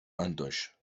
antoś